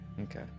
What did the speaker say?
Okay